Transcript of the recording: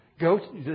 Go